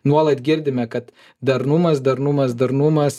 nuolat girdime kad darnumas darnumas darnumas